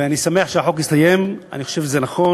ואני שמח שהחוק הסתיים, אני חושב שזה נכון.